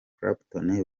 clapton